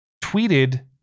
tweeted